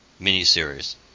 miniseries